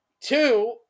Two